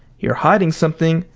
you're hiding something.